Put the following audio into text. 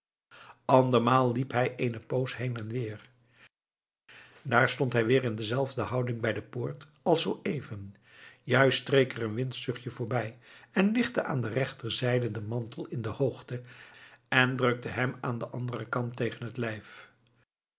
andermaal liep hij eene poos heen en weer daar stond hij weer in dezelfde houding bij de poort als zoo even juist streek er een windzuchtje voorbij en lichtte aan de rechterzijde den mantel in de hoogte en drukte hem aan den anderen kant tegen het lijf